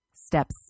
Steps